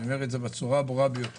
כראש עירייה